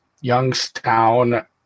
Youngstown